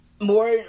more